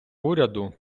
уряду